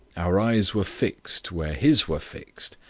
our eyes were fixed, where his were fixed,